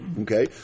Okay